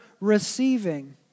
receiving